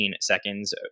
seconds